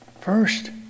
First